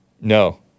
No